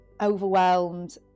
overwhelmed